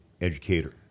educator